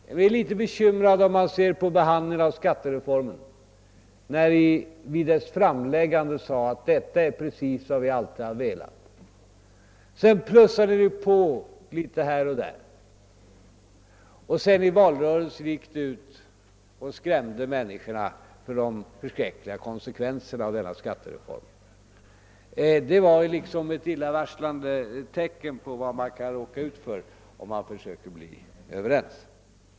Man blir dock litet bekymrad när man ser på behandlingen av skattereformen. Vid dess framläggande sade ni att detta är precis vad ni alltid har velat. Sedan plussade ni på här och där, och i valrörelsen gick ni sedan ut och skrämde människorna med de förskräckliga konsekvenserna av denna skattereform. Det var liksom ett illavarslande tecken på vad man kan råka ut för om man försöker komma Överens.